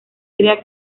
crea